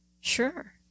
Sure